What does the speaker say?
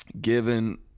given